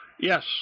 Yes